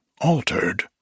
altered